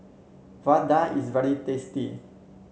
Vadai is very tasty